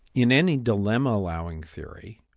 in any dilemma-allowing theory,